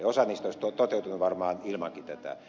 osa niistä olisi toteutunut varmaan ilmankin tätä